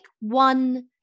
one